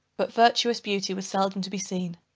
but virtuous beauty was seldom to be seen.